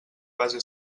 base